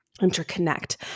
interconnect